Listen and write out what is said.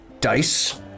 dice